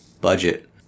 budget